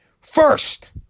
First